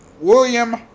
William